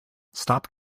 stop